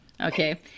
Okay